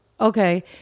okay